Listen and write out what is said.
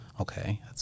okay